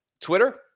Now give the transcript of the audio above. Twitter